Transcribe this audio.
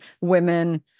women